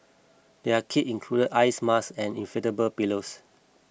their kit included eye masks and inflatable pillows